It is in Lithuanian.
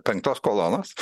penktos kolonos